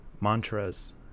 mantras